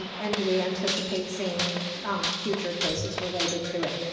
um and we anticipate seeing future cases related to it.